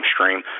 stream